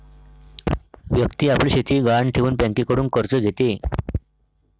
व्यक्ती आपली शेती गहाण ठेवून बँकेकडून कर्ज घेते